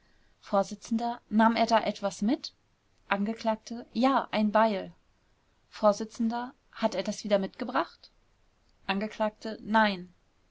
vors nahm er da etwas mit angekl ja ein beil vors hat er das wieder mitgebracht angekl nein